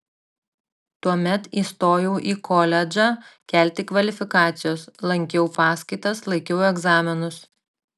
tuomet įstojau į koledžą kelti kvalifikacijos lankiau paskaitas laikiau egzaminus